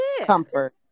comfort